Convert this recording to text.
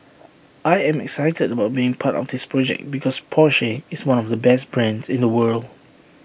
I am excited about being part of this project because Porsche is one of the best brands in the world